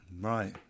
Right